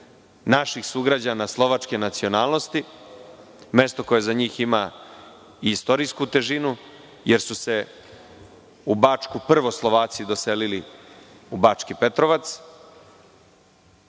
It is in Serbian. naših sugrađana slovačke nacionalnosti, mesto koje za njih ima istorijsku težinu jer su se u Bačku prvo Slovaci doselili, u Bački Petrovac.